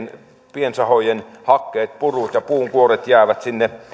piensahojen hakkeet purut ja puunkuoret jäävät